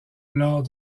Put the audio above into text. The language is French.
lors